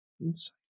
Insight